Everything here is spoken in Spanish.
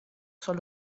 son